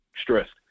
stressed